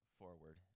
forward